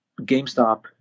GameStop